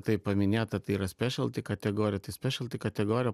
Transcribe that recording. taip paminėta tai yra spešal ti kategorija tai spešal ti kategorija